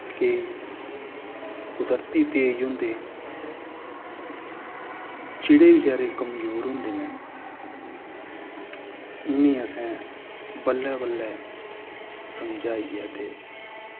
केई कुदरती तेज़ होंदे जेह्ड़े बचैरे कमजोर होंदे न उनें असैं बल्लैं बल्लैं समझाइयै ते